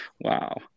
Wow